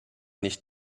nicht